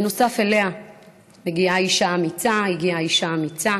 בנוסף אליה מגיעה אישה אמיצה, אישה אמיצה